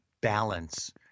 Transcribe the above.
balance